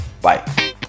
Bye